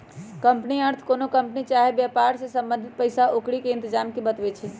company अर्थ कोनो company चाही वेपार से संबंधित पइसा क्औरी के इतजाम के बतबै छइ